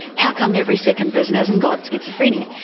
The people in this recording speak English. how come every second person hasn't got schizophrenia?